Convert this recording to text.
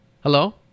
Hello